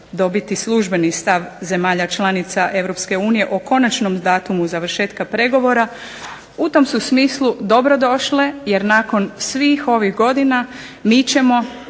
dobiti službeni stav zemalja članica Europske unije o konačnom datumu završetka pregovora u tom su smislu dobro došle. Jer nakon svih ovih godina mi ćemo